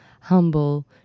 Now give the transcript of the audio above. humble